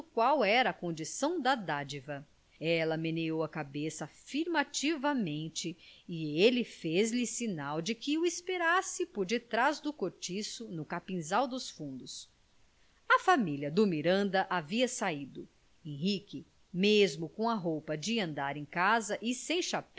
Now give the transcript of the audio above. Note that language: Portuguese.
qual era a condição da dádiva ela meneou a cabeça afirmativamente e ele fez-lhe sinal de que o esperasse por detrás do cortiço no capinzal dos fundos a família do miranda havia saído henrique mesmo com a roupa de andar em casa e